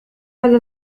على